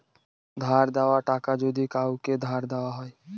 ধার দেওয়া টাকা যদি কাওকে ধার দেওয়া হয়